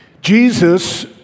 Jesus